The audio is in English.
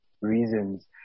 reasons